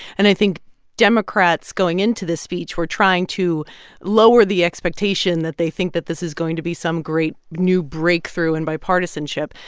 and i think democrats going into this speech were trying to lower the expectation that they think that this is going to be some great new breakthrough in bipartisanship.